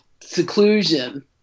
seclusion